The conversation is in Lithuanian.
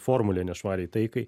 formulė nešvariai taikai